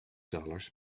dollars